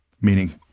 Meaning